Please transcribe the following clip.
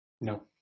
No